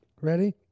Ready